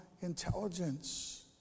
intelligence